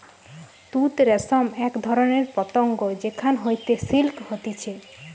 তুত রেশম এক ধরণের পতঙ্গ যেখান হইতে সিল্ক হতিছে